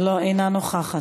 אינה נוכחת,